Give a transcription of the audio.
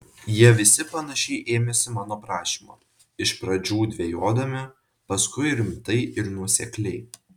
jie visi panašiai ėmėsi mano prašymo iš pradžių dvejodami paskui rimtai ir nuosekliai